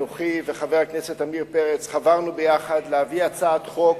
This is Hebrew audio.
אנוכי וחבר הכנסת עמיר פרץ חברנו יחד להביא הצעת חוק